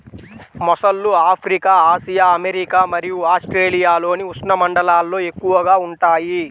మొసళ్ళు Africa, Asia, America మరియు ఆస్ట్రేలియాలోని ఉష్ణమండలాల్లో ఎక్కువగా ఉంటాయి